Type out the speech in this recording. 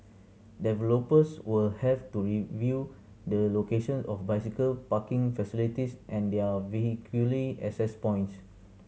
developers will have to review the location of bicycle parking facilities and their vehicular access point